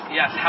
yes